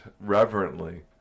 reverently